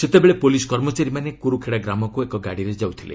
ସେତେବେଳେ ପୁଲିସ୍ କର୍ମଚାରୀମାନେ କୁରୁଖେଡ଼ା ଗ୍ରାମକୁ ଏକ ଗାଡ଼ିରେ ଯାଉଥିଲେ